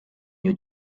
new